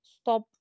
Stop